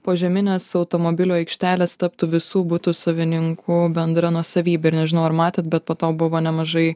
požeminės automobilių aikštelės taptų visų butų savininkų bendra nuosavybe ir nežinau ar matėt bet po to buvo nemažai